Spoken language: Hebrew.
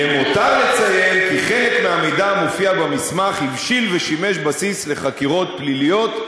למותר לציין כי חלק מהמידע במסמך הבשיל ושימש בסיס לחקירות פליליות,